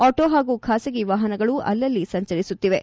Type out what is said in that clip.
auto ಹಾಗೂ ಖಾಸಗಿ ವಾಹನಗಳು ಅಲ್ಲಲ್ಲಿ ಸಂಚರಿಸುತ್ತಿವೆ